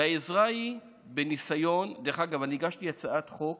והעזרה היא בניסיון, דרך אגב, אני הגשתי הצעת חוק